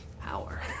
power